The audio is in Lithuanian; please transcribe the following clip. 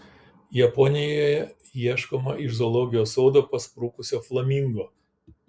japonijoje ieškoma iš zoologijos sodo pasprukusio flamingo